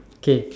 okay